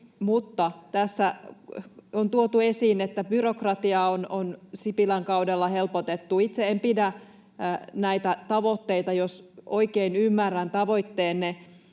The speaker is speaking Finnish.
mutta tässä on tuotu esiin, että byrokratiaa on Sipilän kaudella helpotettu. Itse en pidä näitä tavoitteita, jos oikein ymmärrän tavoitteenne,